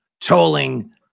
Tolling